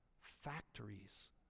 factories